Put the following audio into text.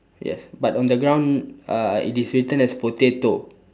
yes but on the ground uh it is written as potato